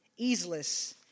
easeless